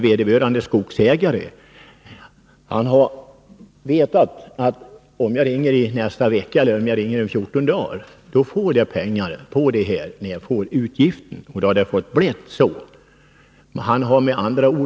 Vederbörande skogsägare har vetat, att om han ringer i nästa vecka eller om fjorton dagar, så får han ut pengarna i samband med att han har utgiften.